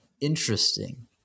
Interesting